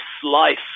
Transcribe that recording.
Slice